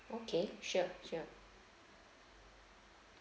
okay sure sure